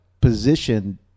position